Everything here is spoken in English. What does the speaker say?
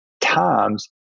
times